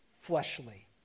fleshly